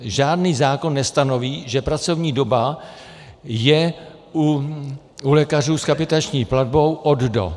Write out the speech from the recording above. Žádný zákon nestanoví, že pracovní doba je u lékařů s kapitační platbou od do.